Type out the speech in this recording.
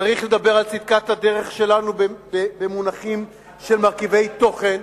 צריך לדבר על צדקת הדרך שלנו במונחים של מרכיבי תוכן.